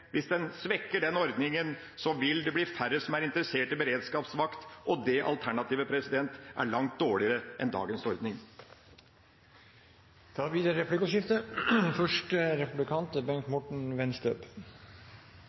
Hvis en svekker den ordninga, vil det bli færre som er interessert i beredskapsvakt, og det alternativet er langt dårligere enn dagens ordning. Det blir replikkordskifte. Det